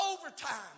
overtime